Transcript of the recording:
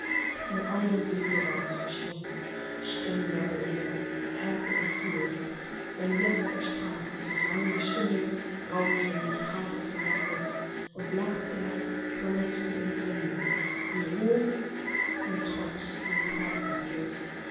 im augenblicke war's verschwunden streng war er wieder herb und kühl wenn jetzt er sprach so drang die stimme rauhtönig hart ihm aus der brust und lacht er klang es wie im grimme wie trotz und hohn nicht